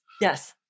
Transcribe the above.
Yes